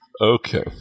Okay